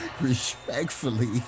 Respectfully